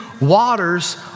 waters